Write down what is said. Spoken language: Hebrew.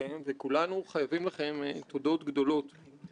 הציבור מסתכל לפעמים על הכנסת מבחוץ